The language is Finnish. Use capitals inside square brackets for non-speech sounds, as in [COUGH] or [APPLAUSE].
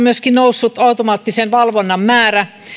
[UNINTELLIGIBLE] myöskin automaattisen valvonnan määrä